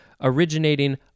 originating